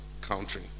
country